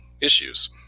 issues